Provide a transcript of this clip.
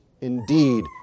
indeed